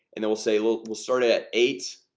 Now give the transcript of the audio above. and then we'll say look we'll start at eight